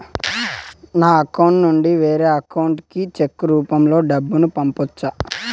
నా అకౌంట్ నుండి వేరే అకౌంట్ కి చెక్కు రూపం లో డబ్బును పంపొచ్చా?